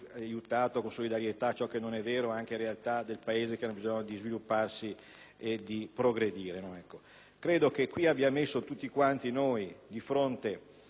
Grazie.